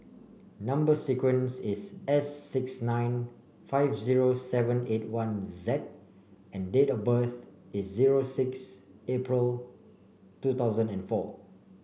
number sequence is S six nine five zero seven eight one Z and date of birth is zero six April two thousand and four